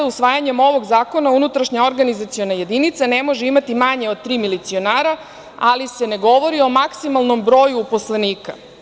Usvajanjem ovog zakona, unutrašnja organizaciona jedinica ne može imati manje od tri milicionara, ali se ne govori o maksimalnom broju uposlenika.